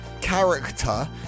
character